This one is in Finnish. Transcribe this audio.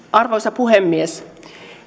arvoisa puhemies